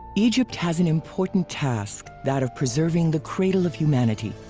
egypt has an important task, that of preserving the cradle of humanity.